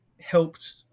helped